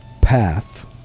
path